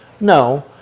No